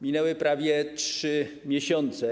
Minęły prawie 3 miesiące.